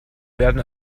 werden